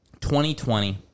2020